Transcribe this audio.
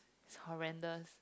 it's horrendous